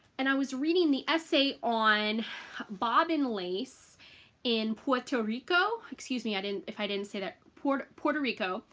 and i was reading the essay on bobbin lace in puerto rico excuse me i didn't if i didn't say that port puerto rico.